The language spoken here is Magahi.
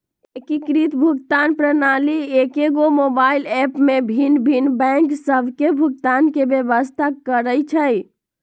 एकीकृत भुगतान प्रणाली एकेगो मोबाइल ऐप में भिन्न भिन्न बैंक सभ के भुगतान के व्यवस्था करइ छइ